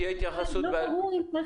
תהיה התייחסות --- לא ברור אם נצטרך